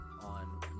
on